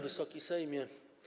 Wysoki Sejmie!